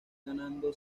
ganando